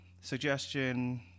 suggestion